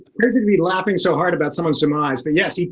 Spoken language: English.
crazy to be laughing so hard about someone some eyes, but yes yeah